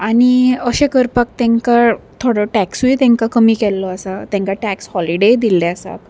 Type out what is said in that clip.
आनी अशें करपाक तेंकां थोडो टॅक्सूय तेंकां कमी केल्लो आसा तेंकां टॅक्स हॉलिडेय दिल्ले आसा